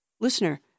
Listener